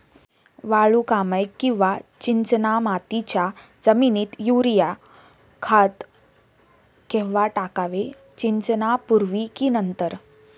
वालुकामय किंवा चिकणमातीच्या जमिनीत युरिया खत केव्हा टाकावे, सिंचनापूर्वी की नंतर?